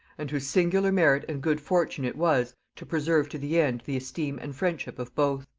and whose singular merit and good fortune it was to preserve to the end the esteem and friendship of both.